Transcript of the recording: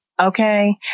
Okay